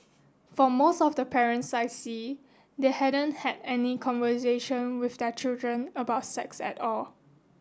for most of the parents I see they haven't had any conversation with their children about sex at all